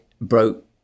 broke